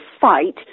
fight